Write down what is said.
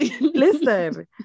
Listen